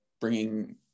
bringing